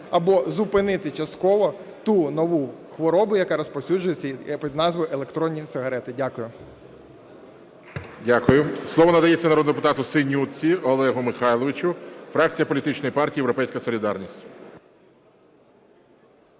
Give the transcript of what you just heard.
або зупинити частково ту нову хворобу, яка розповсюджується під назвою "електронні сигарети". Дякую. ГОЛОВУЮЧИЙ. Дякую. Слово надається народному депутату Синютці Олегу Михайловичу, фракція політичної партії "Європейська солідарність".